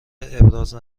ابراز